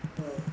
well